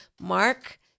Mark